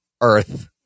Earth